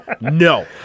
no